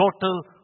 Total